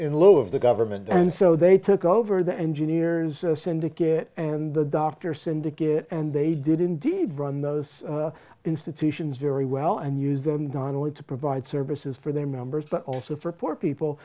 lieu of the government and so they took over the engineers syndicate and the doctor syndicate and they did indeed run those institutions very well and use them than want to provide services for their members but also for poor people